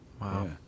Wow